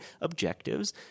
objectives